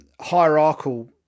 hierarchical